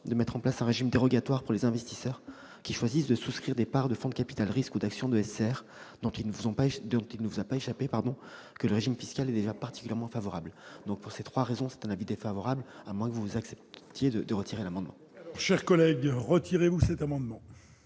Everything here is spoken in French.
de mettre en place un régime dérogatoire pour les investisseurs qui choisissent de souscrire des parts de fonds de capital-risque ou d'actions de SCR, dont il ne vous a pas échappé que le régime fiscal est déjà particulièrement favorable. Pour ces raisons, l'avis est défavorable, à moins que vous n'acceptiez, madame la sénatrice, de retirer l'amendement.